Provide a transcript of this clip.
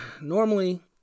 normally